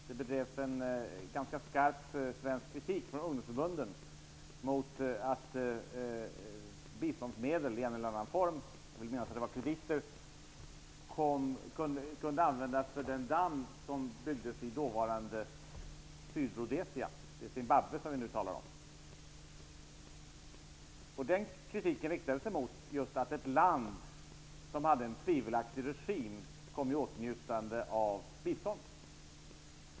Det bedrevs en ganska skarp kritik från de svenska ungdomsförbunden mot att biståndsmedel i en eller annan form, jag vill minnas att det var krediter, kunde användas för den damm som byggdes i dåvarande Sydrhodesia, nuvarande Kritiken riktades mot att ett land som hade en tvivelaktig regim kom i åtnjutande av bistånd.